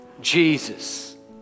jesus